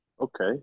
Okay